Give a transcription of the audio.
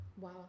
Wow